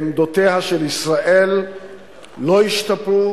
עמדותיה של ישראל לא השתפרו,